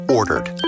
ordered